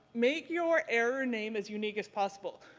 make your error name as unique as possible.